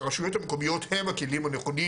הרשויות המקומיות הם הכלים הנכונים